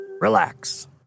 Relax